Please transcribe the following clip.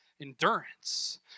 endurance